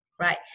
right